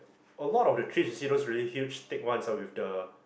a lot of the trees you see those really huge Thicks ones ah with the